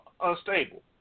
unstable